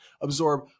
absorb